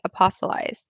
apostolized